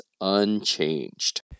unchanged